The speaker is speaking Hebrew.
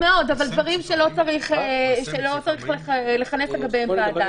אבל דברים שלא צריך לכנס לגביהם ועדה.